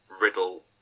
Riddle